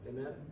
Amen